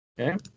Okay